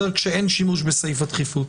כשאין שימוש בסעיף הדחיפות.